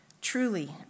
Truly